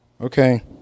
Okay